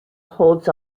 holds